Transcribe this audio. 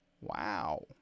Wow